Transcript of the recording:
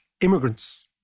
immigrants